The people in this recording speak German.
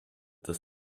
dass